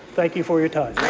thank you for your time.